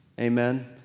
Amen